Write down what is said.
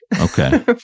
Okay